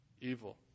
evil